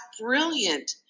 brilliant